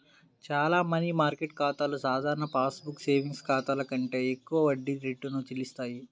చాలా money market ఖాతాలు సాధారణ పాస్ బుక్ సేవింగ్స్ ఖాతాల కంటే ఎక్కువ వడ్డీ రేటును చెల్లిస్తాయి